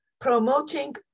promoting